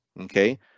Okay